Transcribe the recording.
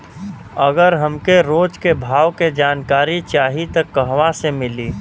अगर हमके रोज के भाव के जानकारी चाही त कहवा से मिली?